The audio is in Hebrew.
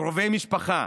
קרובי משפחה,